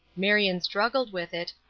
marion struggled with it,